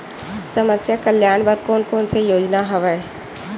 समस्या कल्याण बर कोन कोन से योजना हवय?